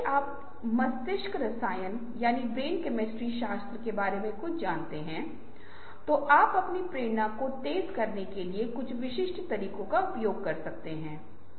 या तो यह या तो एक फ्लिप चार्ट पर या एक ब्लैक बोर्ड में दर्ज किया जाता है सभी विचार दर्ज किए जाने तक कोई चर्चा नहीं होती है